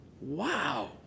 Wow